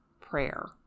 prayer